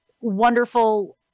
wonderful